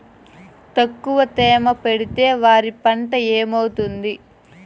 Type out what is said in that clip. తక్కువ తేమ పెడితే వరి పంట ఏమవుతుంది